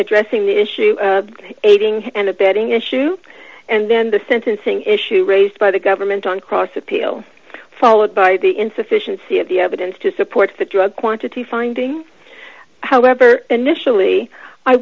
addressing the issue aiding and abetting issue and then the sentencing issue raised by the government on cross appeal followed by the insufficiency of the evidence to support the drug quantity finding however initially i